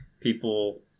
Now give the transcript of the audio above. people